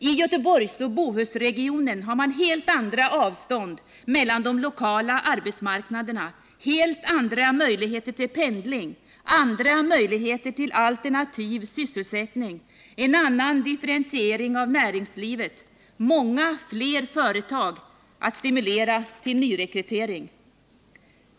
I Göteborgsoch Bohusregionen har man helt andra avstånd mellan de lokala arbetsmarknaderna, helt andra möjligheter till pendling, andra möjligheter till alternativ sysselsättning, en annan differentiering av näringslivet, många fler företag att stimulera till nyrekrytering.